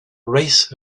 race